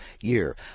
year